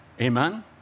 amen